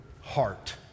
heart